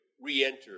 re-enter